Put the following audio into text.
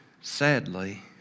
sadly